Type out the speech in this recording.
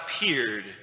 appeared